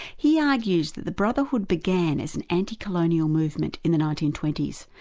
he argues that the brotherhood began as an anti-colonial movement in the nineteen twenty s,